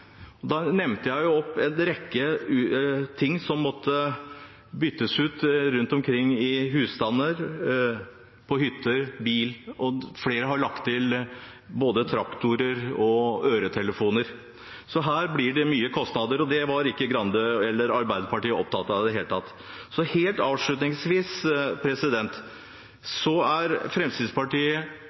Jeg nevnte en rekke ting som måtte byttes ut rundt omkring i husstander, på hytter og i biler, og flere har lagt til både traktorer og øretelefoner. Her blir det mange kostnader, og det var ikke Grande eller Arbeiderpartiet opptatt av i det hele tatt. Helt avslutningsvis: